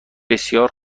بسیار